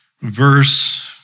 verse